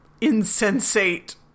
insensate